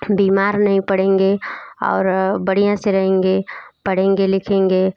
बीमार नहीं पड़ेंगे और बढ़िया से रहेंगे पढ़ेंगे लिखेंगे